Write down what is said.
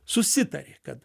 susitarė kad